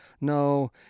No